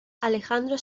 alejandro